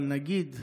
אבל נגיד.